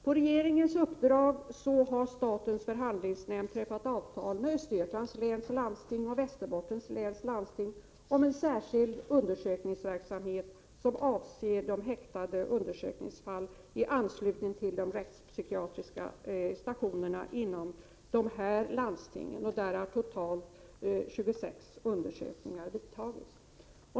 På regeringens uppdrag har statens förhandlingsnämnd träffat avtal med Östergötlands och Västerbottens läns landsting om en särskild undersökningsverksamhet som avser undersökningar av de häktade i anslutning till de rättspsykiatriska stationerna inom dessa landsting. Där har totalt 26 undersökningar skett.